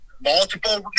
Multiple